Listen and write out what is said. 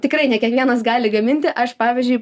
tikrai ne kiekvienas gali gaminti aš pavyzdžiui